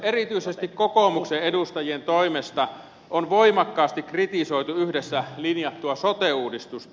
erityisesti kokoomuksen edustajien toimesta on voimakkaasti kritisoitu yhdessä linjattua sote uudistusta